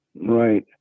Right